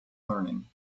learning